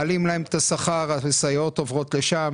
מעלים להם את השכר, הסייעות עוברות לשם.